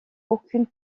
aucune